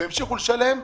והן המשיכו לשלם,